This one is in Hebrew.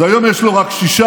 אז היום יש לו רק שישה,